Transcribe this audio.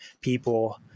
people